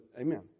Amen